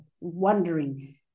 wondering